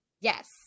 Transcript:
Yes